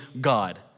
God